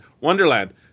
Wonderland